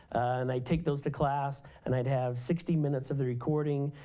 and i take those to class and i'd have sixty minutes of the recording,